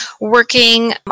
working